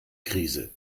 krise